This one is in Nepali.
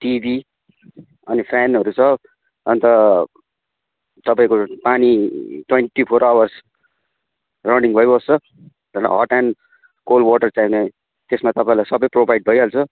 टिभी अनि फ्यानहरू छ अन्त तपाईँको पानी ट्वेन्टी फोर आवर्स रनिङ भइबस्छ हट एन्ड कोल्ड वाटर चाहियो भने त्यसमा तपाईँलाई सबै प्रोभाइड भइहाल्छ